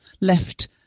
left